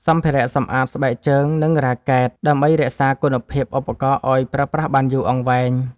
សម្ភារៈសម្អាតស្បែកជើង និងរ៉ាកែត ដើម្បីរក្សាគុណភាពឧបករណ៍ឱ្យប្រើប្រាស់បានយូរអង្វែង។